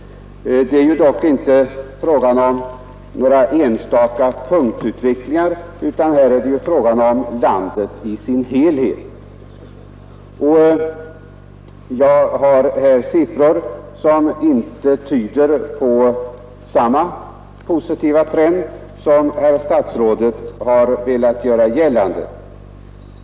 Det är dock inte fråga om någon enstaka punktutveckling utan fråga om landet i dess helhet. Jag har här siffror som inte tyder på samma positiva trend som den statsrådet velat göra gällande.